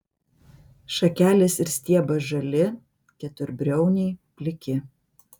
šakelės ir stiebas žali keturbriauniai pliki